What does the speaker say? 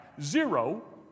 Zero